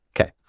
Okay